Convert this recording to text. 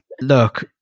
Look